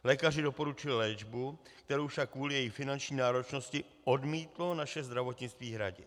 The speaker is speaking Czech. Lékaři doporučili léčbu, kterou však kvůli finanční náročnosti odmítlo naše zdravotnictví hradit.